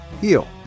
heal